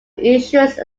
insurance